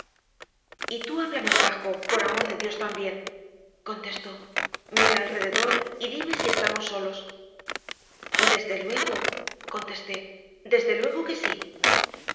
tú habla más bajo por amor de dios también contestó mira alrededor y dime si estamos solos desde luego contesté desde luego que sí